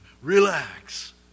Relax